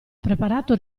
preparato